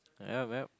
yup yup